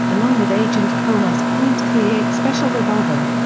along with agent coler's point three eight special revolver.